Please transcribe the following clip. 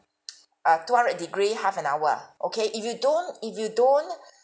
uh two hundred degree half an hour okay if you don't if you don't